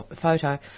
photo